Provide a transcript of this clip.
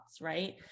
right